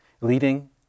leading